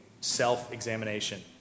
self-examination